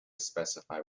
specify